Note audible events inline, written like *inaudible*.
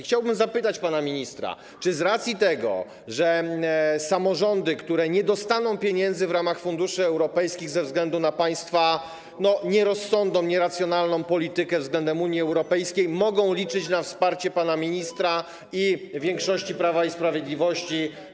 Chciałbym zapytać pana ministra, czy samorządy, które nie dostaną pieniędzy w ramach funduszy europejskich ze względu na państwa nierozsądną, nieracjonalną politykę *noise* względem Unii Europejskiej, mogą liczyć na wsparcie pana ministra i większości Prawa i Sprawiedliwości?